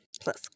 plus